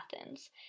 athens